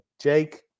Jake